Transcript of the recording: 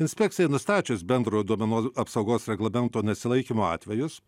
inspekcijai nustačius bendrojo duomenų apsaugos reglamento nesilaikymo atvejus